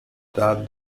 that